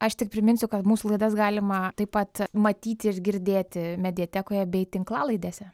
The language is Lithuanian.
aš tik priminsiu kad mūsų laidas galima taip pat matyti ir girdėti mediatekoje bei tinklalaidėse